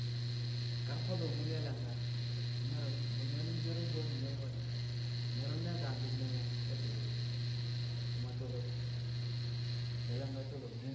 Kar ko̱dṵ mṵ ye̱ langka, mme̱rṵm, na me̱rṵm ncero bṵ a nungkel mo̱ di̱, me̱rṵm ne̱ kam fi̱m ne mo̱ we̱ cere ku̱ma tolob, ye̱ langka tolob.